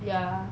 ya